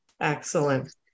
Excellent